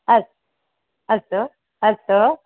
अस् अस्तु अस्तु